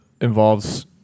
involves